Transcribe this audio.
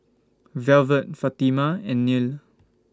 Velvet Fatima and Neal